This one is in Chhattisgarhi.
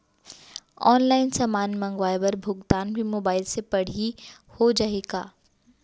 ऑनलाइन समान मंगवाय बर भुगतान भी मोबाइल से पड़ही हो जाही का?